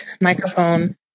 microphone